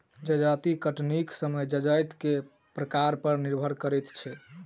जजाति कटनीक समय जजाति के प्रकार पर निर्भर करैत छै